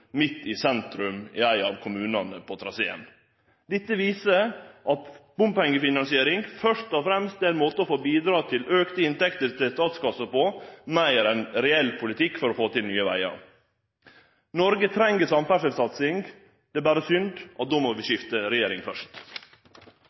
midt i sentrum i ein av kommunane på traseen. Dette viser at bompengefinansiering først og fremst er ein måte å bidra til auka inntekter til statskassa på – meir enn reell politikk for å få til nye vegar. Noreg treng ei satsing på samferdsel. Det er berre synd at då må